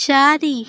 ଚାରି